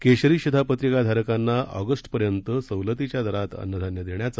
केशरी शिधापत्रिका धारकांना ऑगस्टपर्यंत सवलतीच्या दरात अन्नधान्य देण्याचा